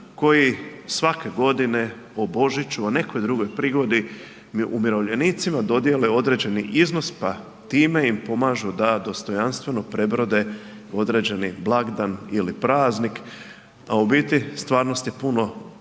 koji svake godine o Božiću, o nekoj drugoj prigodi umirovljenicima dodijele određeni iznos, pa time im pomažu da dostojanstveno prebrode određeni blagdan ili praznik, a u biti stvarnost je puno